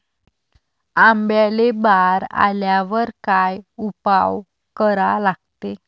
आंब्याले बार आल्यावर काय उपाव करा लागते?